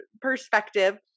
perspective